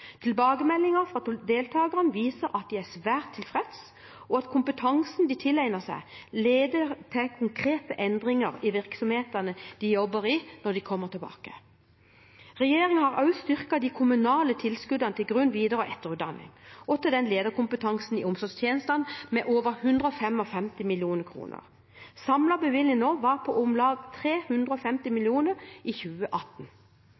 fra deltakerne viser at de er svært tilfredse, og at kompetansen de tilegner seg, leder til konkrete endringer i virksomhetene de jobber i, når de kommer tilbake. Regjeringen har også styrket de kommunale tilskuddene til grunn-, videre- og etterutdanning og til lederkompetansen i omsorgstjenestene med over 150 mill. kr. Samlet bevilgning var på om lag 350